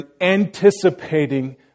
anticipating